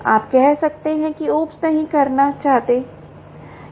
आप कह सकते हैं कि OOPs नहीं करना चाहते